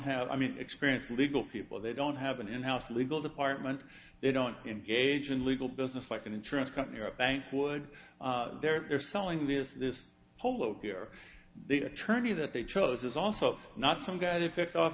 have i mean french legal people they don't have an in house legal department they don't engage in legal business like an insurance company or a bank would they're selling this this whole over here the attorney that they chose is also not some guy they picked off